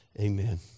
amen